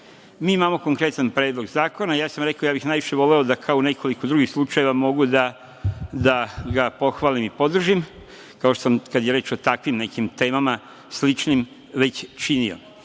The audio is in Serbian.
imamo konkretan Predlog zakona. Ja sam rekao da bih najviše voleo, kao i u nekoliko drugih slučajeva, da mogu da ga pohvalim i podržim kao što jesam kada jer reč o takvim nekim temama, sličnim, već činio.